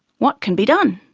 what can be done?